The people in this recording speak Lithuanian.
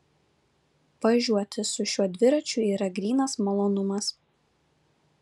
važiuoti su šiuo dviračiu yra grynas malonumas